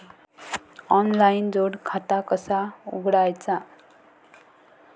Online जोड खाता कसा उघडायचा?